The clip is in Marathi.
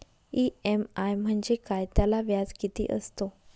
इ.एम.आय म्हणजे काय? त्याला व्याज किती असतो?